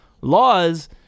laws